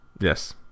Yes